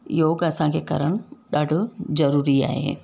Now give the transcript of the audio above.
योग असांखे करणु ॾाढो ज़रूरी आहे